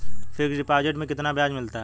Fix deposit में कितना ब्याज मिलता है?